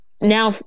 Now